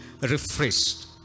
refreshed